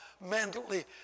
mentally